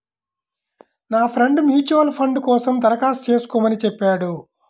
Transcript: నా friend mutual fund కోసం దరఖాస్తు చేస్కోమని చెప్పాడు